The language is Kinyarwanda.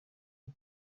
bwo